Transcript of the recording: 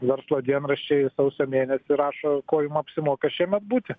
verslo dienraščiai sausio mėnesį rašo kuo jum apsimoka šiemet būti